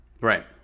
right